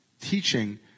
teaching